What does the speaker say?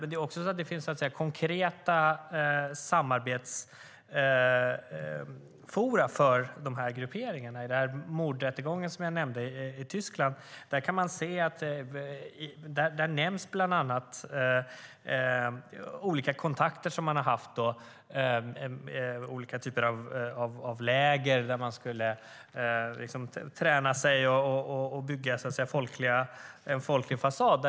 Det finns också konkreta samarbetsforum för de här grupperingarna. I den mordrättegång i Tyskland som jag talade om kan man se att olika kontakter nämns som man har haft med olika läger där man skulle träna sig och bygga en folklig fasad.